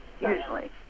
usually